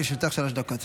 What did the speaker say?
לרשותך שלוש דקות.